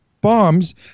bombs